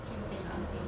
actually same lah same